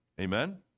Amen